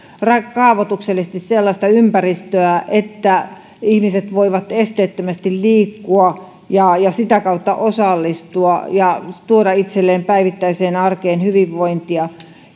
kaavoituksellisesti sellaista ympäristöä että ihmiset voivat esteettömästi liikkua ja ja sitä kautta osallistua ja tuoda itselleen päivittäiseen arkeen hyvinvointia